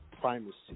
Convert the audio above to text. Primacy